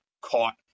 caught